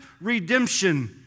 redemption